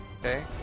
Okay